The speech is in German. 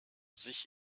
sich